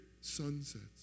sunsets